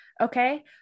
okay